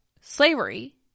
slavery